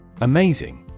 Amazing